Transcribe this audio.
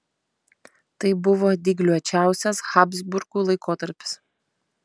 tai buvo dygliuočiausias habsburgų laikotarpis